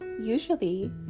usually